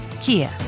Kia